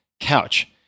couch